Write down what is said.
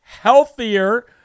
healthier